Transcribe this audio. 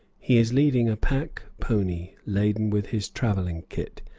he is leading a pack-pony laden with his travelling kit,